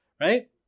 right